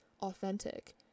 authentic